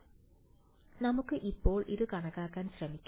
അതിനാൽ നമുക്ക് ഇപ്പോൾ ഇത് കണക്കാക്കാൻ ശ്രമിക്കാം